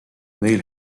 neil